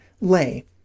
lay